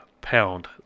pound